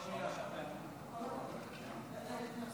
הדיון הזה נעשה